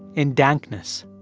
in dankness.